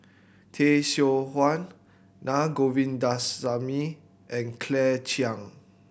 Tay Seow Huah Naa Govindasamy and Claire Chiang